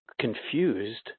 confused